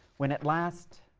when at last